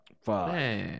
Fuck